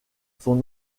son